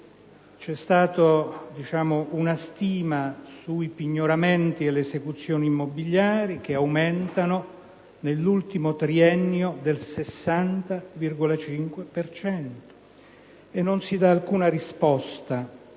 c'è stata una stima sui pignoramenti e sulle esecuzioni immobiliari che aumentano, nell'ultimo triennio, del 60,5 per cento. Non si dà alcuna risposta